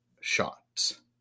shots